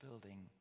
building